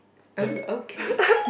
oh okay